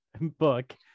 book